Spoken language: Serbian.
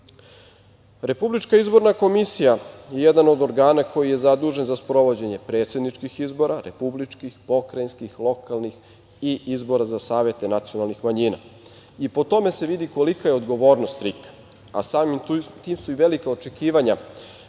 rezultatu. Republička izborna komisija je jedan od organa koji je zadužen za sprovođenje predsedničkih izbora, republičkih, pokrajinskih, lokalnih i izbora za savete nacionalnih manjina. Po tome se vidi kolika je odgovornost RIK, a samim tim su i velika očekivanja